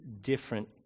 different